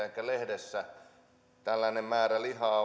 enkä lehdissä mainostettavan sitä tällainen määrä lihaa